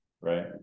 right